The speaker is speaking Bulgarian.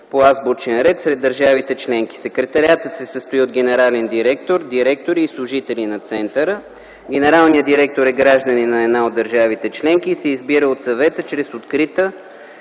по азбучен ред сред държавите членки. Секретариатът се състои от генерален директор, директори и служители на Центъра. Генералният директор е гражданин на една от държавите членки и се избира от Съвета чрез открита